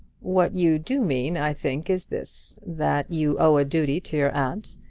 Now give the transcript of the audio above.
what you do mean, i think, is this that you owe a duty to your aunt,